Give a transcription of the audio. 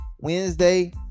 wednesday